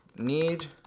need